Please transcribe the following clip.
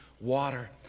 water